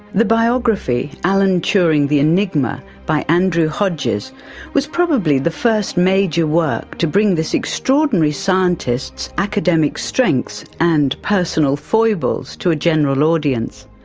the biography alan turing the enigma by andrew hodges was probably the first major work to bring this extraordinary scientist's academic strengths and personal foibles to a general audience.